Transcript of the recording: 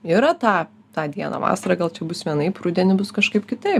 yra tą tą dieną vasarą gal čia bus vienaip rudenį bus kažkaip kitaip